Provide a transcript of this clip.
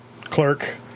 clerk